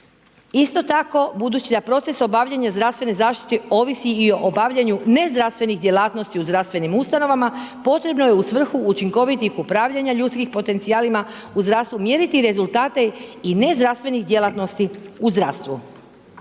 Isto tako budući da proces obavljanja zdravstvene zaštite ovisi i o obavljanju nezdravstvenih djelatnosti u zdravstvenim ustanovama, potrebno je u svrhu učinkovitih upravljanja ljudskim potencijalima u zdravstvu mjeriti rezultate i nezdravstvenih djelatnosti u zdravstvu.